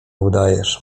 udajesz